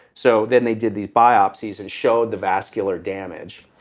so then they did these biopsies and showed the vascular damage.